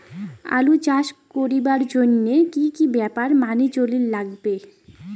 আলু চাষ করিবার জইন্যে কি কি ব্যাপার মানি চলির লাগবে?